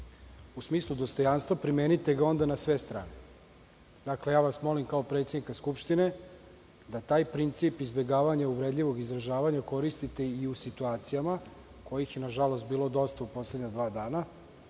U smislu dostojanstva, primenite ga onda na sve strane. Ja vas molim kao predsednika Skupštine da taj princip izbegavanja uvredljivog izražavanja koristite i u situacijama kojih je, nažalost, bilo dosta u poslednja dva dana,